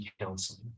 counseling